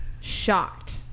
shocked